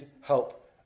help